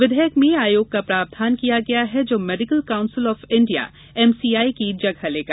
विधेयक में आयोग का प्रावधान किया गया है जो medical council of India MCI की जगह लेगा